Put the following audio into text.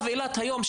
שנפצע,